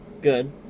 Good